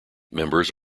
members